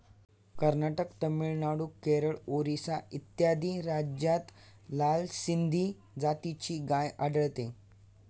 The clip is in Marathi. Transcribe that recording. कर्नाटक, तामिळनाडू, केरळ, ओरिसा इत्यादी राज्यांत लाल सिंधी जातीची गाय आढळते